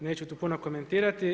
Neću tu puno komentirati.